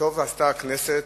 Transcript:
טוב עשתה הכנסת,